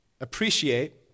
appreciate